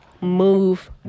move